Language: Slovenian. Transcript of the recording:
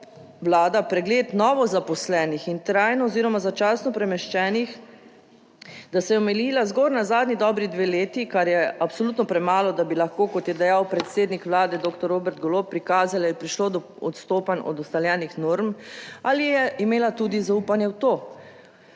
pregled novozaposlenih in trajno oziroma začasno premeščenih, da se je omejila zgolj na zadnji dobri dve leti, kar je absolutno premalo, da bi lahko, kot je dejal predsednik vlade doktor Robert Golob, prikazali, je prišlo do odstopanj od ustaljenih norm, ali je imela tudi zaupanje v to?